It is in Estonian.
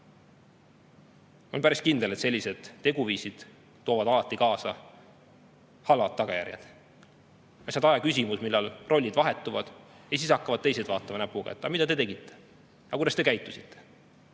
On päris kindel, et sellised teguviisid toovad alati kaasa halvad tagajärjed. On lihtsalt aja küsimus, millal rollid vahetuvad, ja siis hakkavad teised näpuga järge ajama, et mida te tegite ja kuidas käitusite.